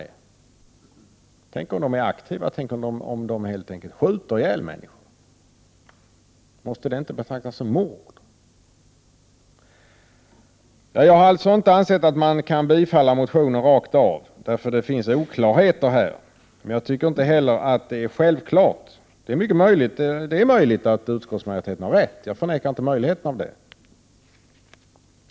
För om dessa människor som deltar i den sydafrikanska armén är aktiva och helt enkelt skjuter ihjäl människor, måste det då inte betraktas som mord? Jag anser alltså inte att man kan bifalla motionen utan invändningar, det finns nämligen oklarheter i den. Jag tycker inte saken är självklar; det är möjligt — ja, mycket möjligt — att utskottsmajoriteten har rätt, jag förnekar inte den möjligheten.